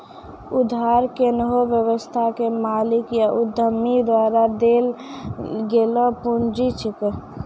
उधार कोन्हो व्यवसाय के मालिक या उद्यमी द्वारा देल गेलो पुंजी छिकै